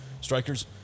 Strikers